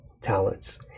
talents